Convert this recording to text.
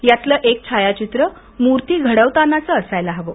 यातलं एक छायाचित्र मूर्ती घडवतानाचं असायला हवं